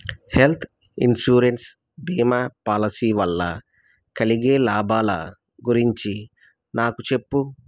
health insurance బీమా policy వల్ల కలిగే లాభాల గురించి నాకు చెప్పు